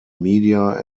media